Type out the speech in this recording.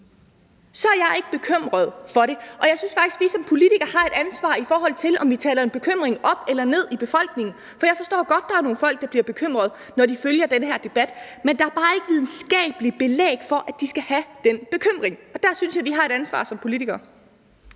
Så er jeg ikke bekymret for det. Jeg synes faktisk, vi som politikere har et ansvar, i forhold til om vi taler en bekymring op eller ned i befolkningen, for jeg forstår godt, at der er nogle folk, der bliver bekymrede, når de følger den her debat. Men der er bare ikke videnskabeligt belæg for, at de skal have den bekymring, og der synes jeg at vi har et ansvar som politikere.